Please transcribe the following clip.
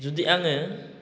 जुदि आङो